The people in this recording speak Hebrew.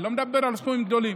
אני לא מדבר על סכומים גדולים.